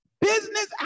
Business